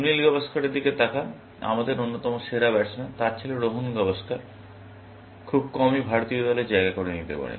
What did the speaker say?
সুনীল গাভাস্কারের দিকে তাকান আমাদের অন্যতম সেরা ব্যাটসম্যান তাঁর ছেলে রোহন গাভাস্কার খুব কমই ভারতীয় দলে জায়গা করে নিতে পারেন